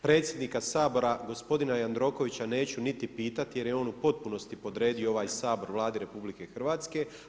Predsjednika Sabora gospodina Jandrokovića neću niti pitati jer je on u potpunosti podredio ovaj Sabor Vladi Republike Hrvatske.